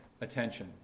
attention